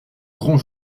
grand